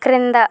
క్రింద